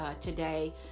Today